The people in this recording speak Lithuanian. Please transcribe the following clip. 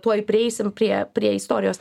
tuoj prieisim prie prie istorijos